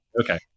Okay